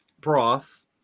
broth